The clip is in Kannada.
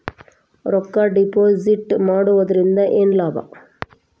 ರೊಕ್ಕ ಡಿಪಾಸಿಟ್ ಮಾಡುವುದರಿಂದ ಏನ್ ಲಾಭ?